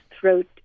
throat